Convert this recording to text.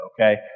okay